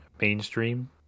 mainstream